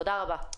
תודה רבה.